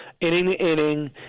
inning-to-inning